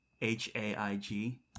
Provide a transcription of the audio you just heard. H-A-I-G